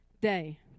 day